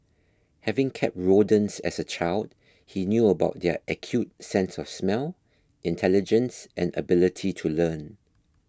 having kept rodents as a child he knew about their acute sense of smell intelligence and ability to learn